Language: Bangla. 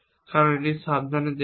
কারণ আপনি এটিকে সাবধানে দেখবেন